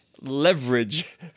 leverage